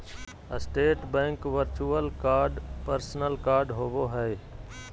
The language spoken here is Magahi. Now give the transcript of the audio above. state bank virtual card personal card होबो हइ